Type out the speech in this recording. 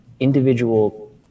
individual